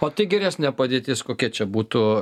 o tai geresnė padėtis kokia čia būtų